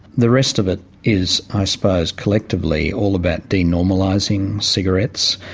the rest of it is, i suppose, collectively all about de-normalising cigarettes.